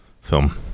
film